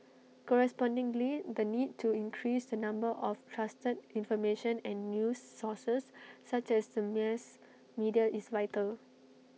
correspondingly the need to increase the number of trusted information and news sources such as the mass media is vital